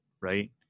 right